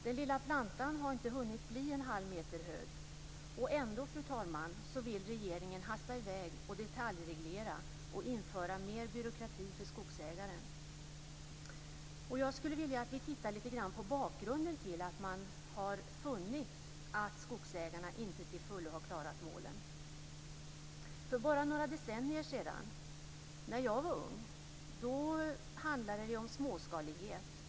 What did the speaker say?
Den lilla plantan har inte hunnit bli en halv meter hög. Ändå, fru talman, vill regeringen hasta i väg och detaljreglera och införa mera byråkrati för skogsägaren. Jag skulle vilja att vi lite grann tittade på bakgrunden till att man har funnit att skogsägarna inte till fullo har klarat målen. För bara några decennier sedan, när jag var ung, handlade det om småskalighet.